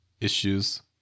issues